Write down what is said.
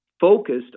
focused